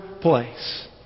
place